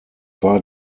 war